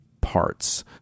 parts